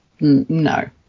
no